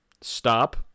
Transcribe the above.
stop